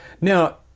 Now